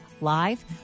live